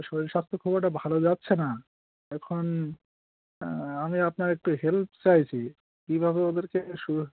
শরীর স্বাস্থ্য খুব একটা ভালো যাচ্ছে না এখন আমি আপনার একটু হেল্প চাইছি কীভাবে ওদেরকে সুরো